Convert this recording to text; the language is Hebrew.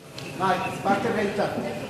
חברי חברי הכנסת,